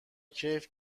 کیف